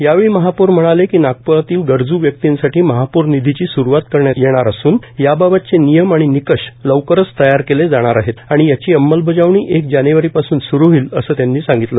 यावेळी महापौर म्हणाले की नागपुरातील गरजू क्यक्तींसाठी महापौर विधीची स्वरुवात करण्यात येणार असून याबाबतचे नियम आणि निकष लवकरव तयार केले जाणार आहेत आणि याची अंमलबजावणी एक जानेवारीपासून सुरू होईल असं त्यांनी सांगितलं